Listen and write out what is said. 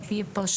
על פי פרשנות,